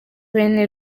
bene